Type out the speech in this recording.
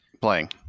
playing